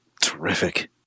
terrific